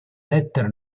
lettere